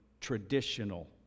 traditional